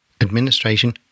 Administration